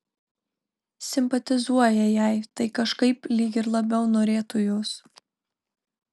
simpatizuoja jai tai kažkaip lyg ir labiau norėtų jos